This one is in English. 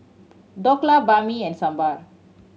Dhokla Banh Mi and Sambar